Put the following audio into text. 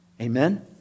Amen